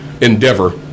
endeavor